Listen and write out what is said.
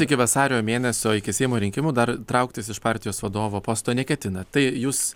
iki vasario mėnesio iki seimo rinkimų dar trauktis iš partijos vadovo posto neketinat tai jūs